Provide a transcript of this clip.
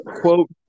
quote